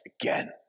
again